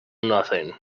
nothing